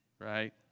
right